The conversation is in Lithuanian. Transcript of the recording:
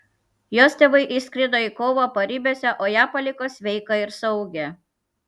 jos tėvai išskrido į kovą paribiuose o ją paliko sveiką ir saugią